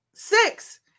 Six